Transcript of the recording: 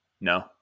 No